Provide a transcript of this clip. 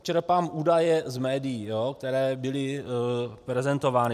Čerpám údaje z médií, které byly prezentovány.